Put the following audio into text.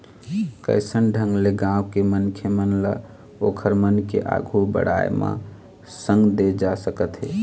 कइसन ढंग ले गाँव के मनखे मन ल ओखर मन के आघु बड़ाय म संग दे जा सकत हे